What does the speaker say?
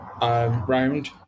round